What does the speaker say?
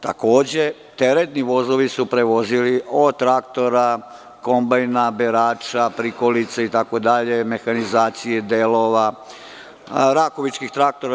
Takođe, teretni vozovi su vozili od traktora, kombajna, berača, prikolica itd, mehanizaciju i delove rakovičkih traktora.